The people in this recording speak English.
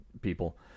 people